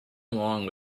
along